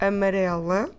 Amarela